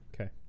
Okay